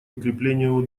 укреплению